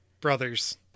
brothers